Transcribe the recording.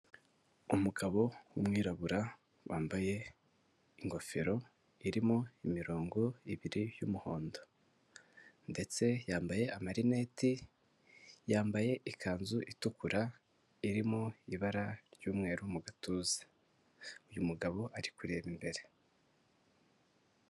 Umugabo w'umwirabura, wambaye ingofero irimo imirongo ibiri y'umuhondo. Ndetse yambaye amarineti, yambaye ikanzu itukura irimo ibara ry'umweru mu gatuza. Uyu mugabo ari kureba imbere.